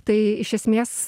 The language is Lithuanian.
tai iš esmės